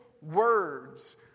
words